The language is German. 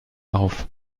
auf